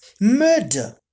murder